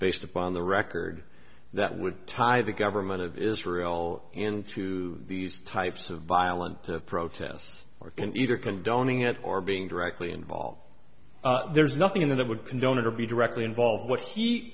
based upon the record that would tie the government of israel into these types of violent protests or can either condoning it or being directly involved there's nothing in there that would condone it or be directly involved what he